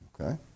Okay